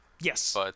yes